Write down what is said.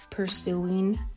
pursuing